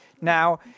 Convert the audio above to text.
now